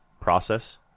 process